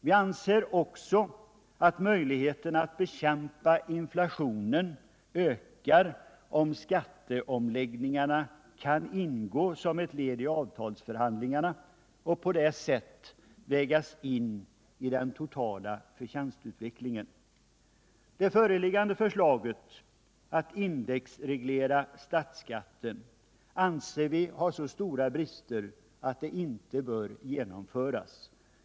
Vi anser också att möjligheterna att bekämpa inflationen ökar, om skatteomläggningarna kan ingå som ett led i avtalsförhandlingarna och på så sätt vägas in i den totala förtjänstutvecklingen. Det föreliggande beslutet att indexreglera statsskatten anser vi har så stora brister att det inte bör genomföras.